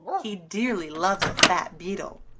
he dearly loves a fat beetle.